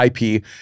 IP